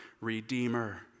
redeemer